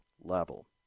level